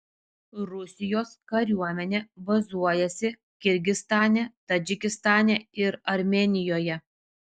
rusijos kariuomenė bazuojasi kirgizstane tadžikistane ir armėnijoje